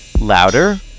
Louder